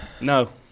No